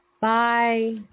Bye